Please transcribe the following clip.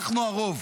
אנחנו הרוב.